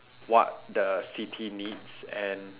what the city needs and